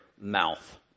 mouth